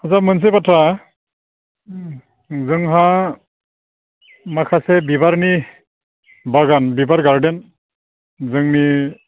आत्सा मोनसे बाथ्रा उम जोंहा माखासे बिबारनि बागान बिबार गारदेन जोंनि